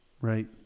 right